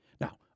Now